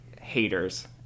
haters